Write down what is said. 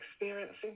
experiencing